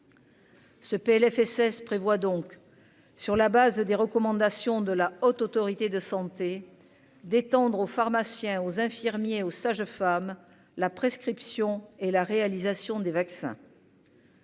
Ce Plfss prévoit donc sur la base des recommandations de la Haute autorité de santé d'étendre aux pharmaciens, aux infirmiers et aux sages-femmes la prescription et la réalisation des vaccins.